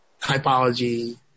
typology